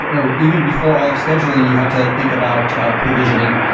or even before all of scheduling, you have to think about ah provisioning.